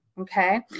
Okay